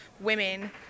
women